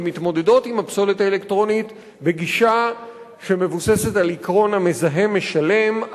ומתמודדות עם הפסולת האלקטרונית בגישה שמבוססת על עקרון המזהם משלם,